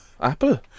Apple